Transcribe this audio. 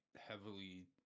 heavily